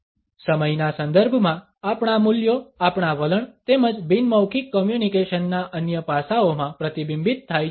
સમયના સંદર્ભમાં આપણા મૂલ્યો આપણા વલણ તેમજ બિન મૌખિક કોમ્યુનિકેશનના અન્ય પાસાઓમાં પ્રતિબિંબિત થાય છે